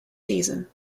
season